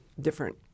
different